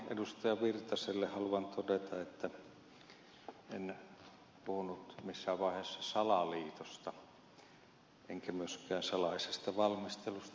erkki virtaselle haluan todeta että en puhunut missään vaiheessa salaliitosta enkä myöskään salaisesta valmistelusta